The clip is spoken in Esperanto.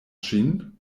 ŝin